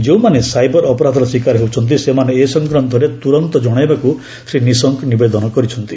ଯେଉଁମାନେ ସାଇବର ଅପରାଧର ଶିକାର ହେଉଛନ୍ତି ସେମାନେ ଏ ସଂକ୍ରାନ୍ତରେ ତୁରନ୍ତ ଜଣାଇବାକୁ ଶ୍ରୀ ନିଶଙ୍କ ନିବେଦନ କରିଛନ୍ତି